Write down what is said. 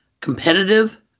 competitive